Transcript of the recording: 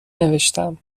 نوشتم